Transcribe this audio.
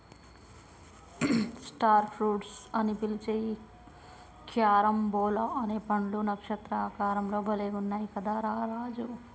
star fruits అని పిలిచే ఈ క్యారంబోలా అనే పండ్లు నక్షత్ర ఆకారం లో భలే గున్నయ్ కదా రా రాజు